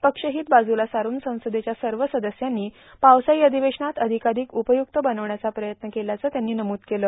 पक्षहीत बाजूला सारून संसदेच्या सर्व सदस्यांनी पावसाळी अधिवेशन अधिकाधिक उपयुक्त बनविण्याचा प्रयत्न केल्याचं त्यांनी नमूद केलं